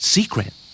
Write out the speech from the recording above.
Secret